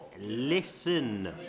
Listen